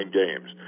games